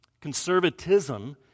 Conservatism